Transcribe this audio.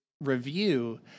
review